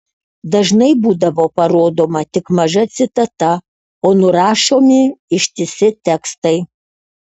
dažnai būdavo parodoma tik maža citata o nurašomi ištisi tekstai